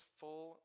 full